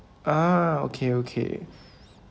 ah okay okay